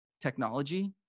technology